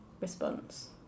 response